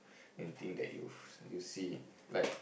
main thing that you've you see like